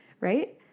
Right